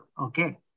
okay